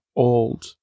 old